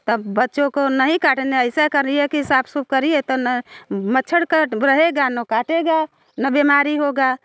तब बच्चों को नहीं काटे ना ऐसा करिए कि सा सूफ़ करिए तो ना मच्छर कट रहेगा ना काटेगा ना बेमारी होगा